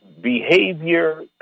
behavior